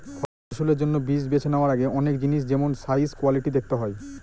ফসলের জন্য বীজ বেছে নেওয়ার আগে অনেক জিনিস যেমল সাইজ, কোয়ালিটি দেখতে হয়